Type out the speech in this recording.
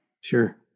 sure